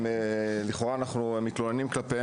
שלכאורה אנחנו באים אליהם בתלונות,